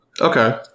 Okay